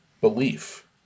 belief